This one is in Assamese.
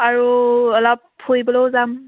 আৰু অলপ ফুৰিবলৈও যাম